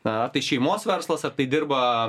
na tai šeimos verslas ar tai dirba